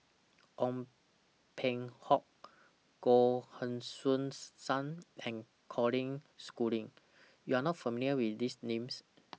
Ong Peng Hock Goh Heng Soon SAM and Colin Schooling YOU Are not familiar with These Names